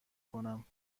کنم